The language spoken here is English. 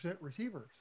receivers